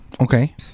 Okay